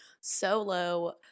solo